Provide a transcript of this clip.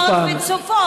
יושבות וצופות.